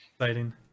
Exciting